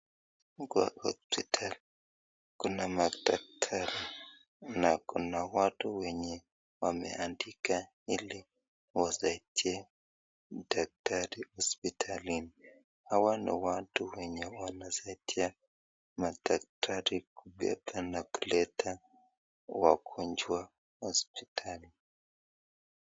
Huku ni hosipitali, kuna madakitari na kuna watu wenye wameandika ilikuwasaidia daktari hosipitalini. Hawa ni watu wenye wanasaidia madaktari kubeba na kuleta wagonjwa hosipitali.